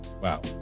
Wow